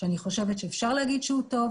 שאני חושבת שאפשר להגיד שהוא טוב,